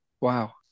Wow